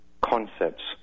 concepts